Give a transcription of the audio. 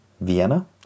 Vienna